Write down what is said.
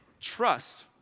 trust